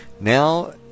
Now